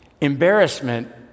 embarrassment